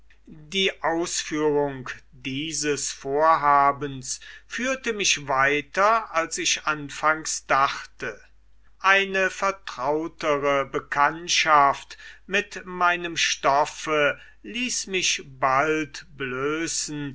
die ausführung dieses vorhabens führte mich weiter als ich anfangs dachte eine vertrautere bekanntschaft mit meinem stoffe ließ mich bald blößen